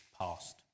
passed